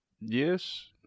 Yes